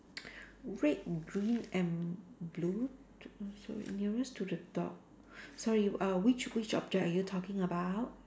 red green and blue okay so nearest to the dog sorry err which which object are you talking about